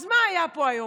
אז מה היה פה היום?